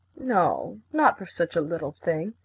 no, not for such a little thing.